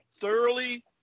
thoroughly